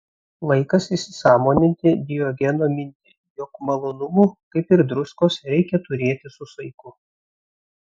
laikas įsisąmoninti diogeno mintį jog malonumų kaip ir druskos reikia turėti su saiku